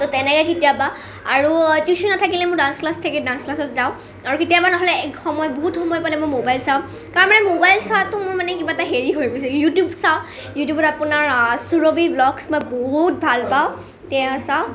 তেনেকে কেতিয়াবা আৰু টিউচন নাথাকিলে মোৰ ডান্স ক্লাছ থাকে ডান্স ক্লাছত যাওঁ আৰু কেতিয়াবা নহ'লে এক সময় বহুত সময় পালে মই মোবাইল চাওঁ তাৰমানে মোবাইল চোৱাটো মোৰ মানে কিবা এটা হেৰি হৈ গৈছে ইউটিউব চাওঁ ইউটিউবত আপোনাৰ সুৰভি ব্লগচ মই বহুত ভাল পাওঁ তেওঁৰ চাওঁ